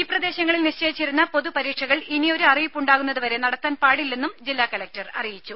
ഈ പ്രദേശങ്ങളിൽ നിശ്ചയിച്ചിരുന്ന പൊതുപരീക്ഷകൾ ഇനിയൊരു അറിയിപ്പുണ്ടാകുന്നതുവരെ നടത്താൻ പാടില്ലെന്നും ജില്ലാ കലക്ടർ അറിയിച്ചു